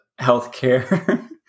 healthcare